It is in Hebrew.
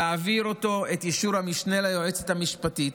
להעביר אותו את אישור המשנה ליועצת המשפטית